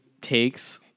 takes